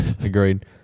Agreed